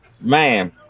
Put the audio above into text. Man